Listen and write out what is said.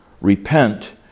Repent